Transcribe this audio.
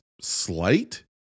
slight